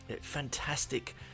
fantastic